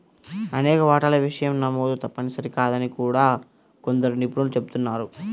అనేక వాటాల విషయం నమోదు తప్పనిసరి కాదని కూడా కొందరు నిపుణులు చెబుతున్నారు